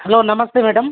hello నమస్తే madam